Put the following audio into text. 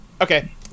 Okay